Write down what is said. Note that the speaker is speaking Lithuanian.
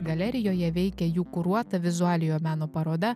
galerijoje veikia jų kuruota vizualiojo meno paroda